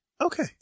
Okay